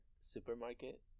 supermarket